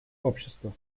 общества